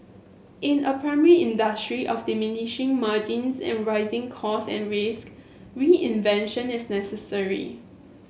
in a primary industry of diminishing margins and rising cost and risk reinvention is necessary